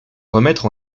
remettre